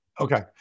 okay